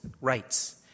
rights